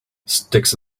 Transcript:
sticks